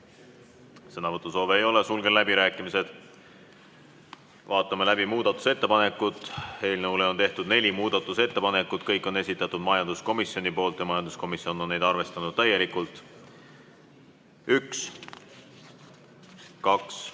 Sõnavõtusoove ei ole. Sulgen läbirääkimised. Vaatame läbi muudatusettepanekud. Eelnõu kohta on tehtud neli muudatusettepanekut. Kõik on esitatud majanduskomisjoni poolt ja majanduskomisjon on neid arvestanud täielikult: üks, kaks,